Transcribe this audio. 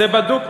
2,000 שנה.